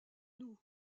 nous